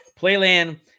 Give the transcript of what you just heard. Playland